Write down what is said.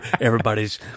Everybody's